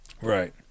Right